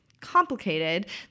complicated